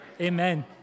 Amen